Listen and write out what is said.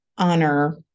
Honor